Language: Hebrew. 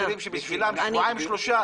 ויש אסירים שבשבילם שבועיים-שלושה,